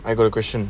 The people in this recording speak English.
I got a question